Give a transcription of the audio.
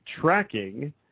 tracking